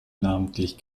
namentlich